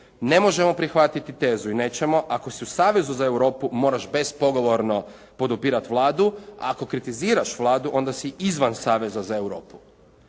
Ne možemo prihvatiti tezu i nećemo, ako si u savezu za Europu moraš bespogovorno podupirati Vladu, a ako kritiziraš Vladu onda si izvan saveza za Europu.